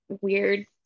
weird